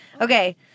Okay